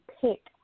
pick